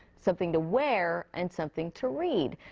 something to wear and something to read.